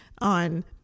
on